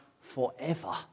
forever